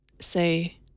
say